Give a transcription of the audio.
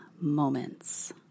moments